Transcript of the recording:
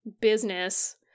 business